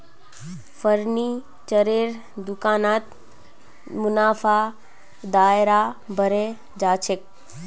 फर्नीचरेर दुकानत मुनाफार दायरा बढ़े जा छेक